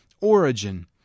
origin